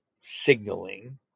signaling